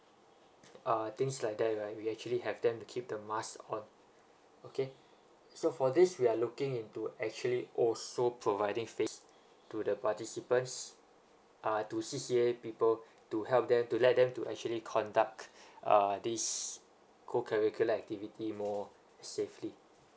uh things like that right we actually have them to keep the mask on okay so for this we are looking into actually also providing face to the participants uh to C_C_A people to help them to let them to actually conduct uh this co curricular activity more safely